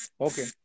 Okay